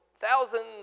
thousands